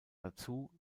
dazu